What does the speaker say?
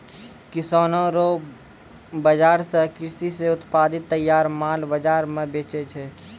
किसानो रो बाजार से कृषि से उत्पादित तैयार माल बाजार मे बेचै छै